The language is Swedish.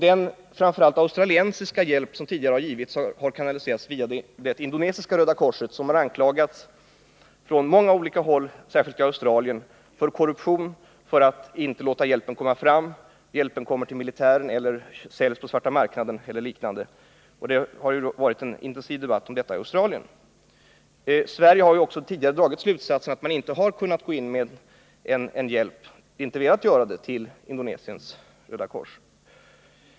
Den framför allt australiensiska hjälp som tidigare givits har kanaliserats via Indonesiska röda korset, som har anklagats från många håll och särskilt i Australien för korruption, för att inte låta hjälpen komma fram, för att hjälpen kommer militären till del, för att den säljs på svarta marknaden och liknande. Det har varit en intensiv debatt om detta i Australien. Sverige har ju också tidigare dragit slutsatsen att man inte har kunnat gå in med hjälp till Indonesiens röda kors.